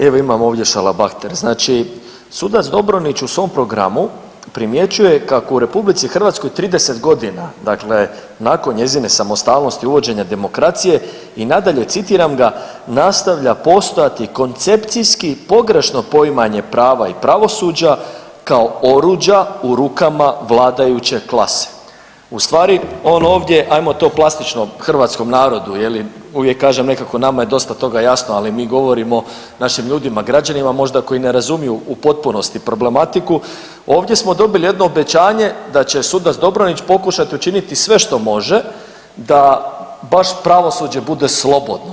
Evo imam ovdje šalabahter, znači sudac Dobronić u svom programu primjećuje kako u RH 30 godina dakle nakon njezine samostalnosti uvođenja demokracije i nadalje, citiram ga „nastavlja postojati koncepcijski pogrešno poimanje prava i pravosuđa kao oruđa u rukama vladajuće klase“, ustvari on ovdje ajmo to plastično hrvatskom narodu je li uvijek kažem nekako nama je dosta toga jasno, ali mi govorimo našim ljudima, građanima možda koji ne razumiju u potpunosti problematiku, ovdje smo dobili jedno obećanje da će sudac Dobronić pokušati učiniti sve što može da baš pravosuđe bude slobodno.